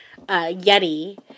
Yeti